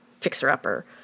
fixer-upper